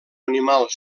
animal